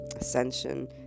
ascension